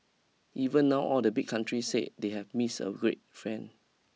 even now all the big countries say they have missed a great friend